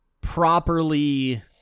properly